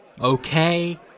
Okay